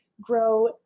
grow